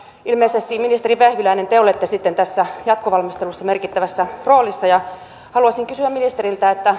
ilmeisesti ministeri vehviläinen te olette sitten tässä jatkovalmistelussa merkittävässä roolissa ja haluaisin kysyä ministeriltä